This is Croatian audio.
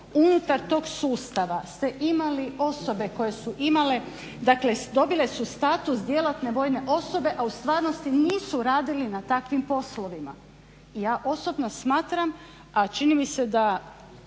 unutar tog sustava ste imali osobe koje su imale dakle dobile su status djelatne vojne osobe a u stvarnosti nisu radili na takvim poslovima. Ja osobno smatram, a čini mi se da